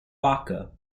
vodka